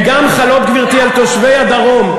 והן גם חלות, גברתי, על תושבי הדרום.